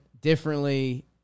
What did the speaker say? differently